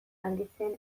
handitzen